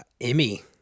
Emmy